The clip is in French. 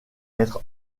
être